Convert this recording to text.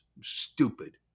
Stupid